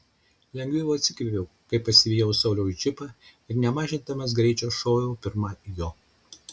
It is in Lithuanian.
lengviau atsikvėpiau kai pasivijau sauliaus džipą ir nemažindamas greičio šoviau pirma jo